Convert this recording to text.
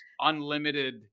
Unlimited